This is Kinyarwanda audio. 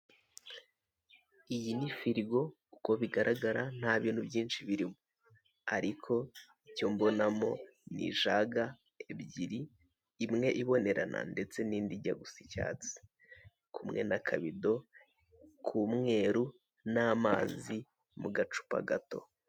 Iyi ni firigo uko bigaragara nta bintu byinshi birimo ariko icyo mbonamo ni jaga ebyir imwe ibonerana n'indi ijya gusa icyatsi ndetse n'aakabido k'umweru n'amazi mu gacupa gato.